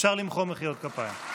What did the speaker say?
אפשר למחוא מחיאות כפיים.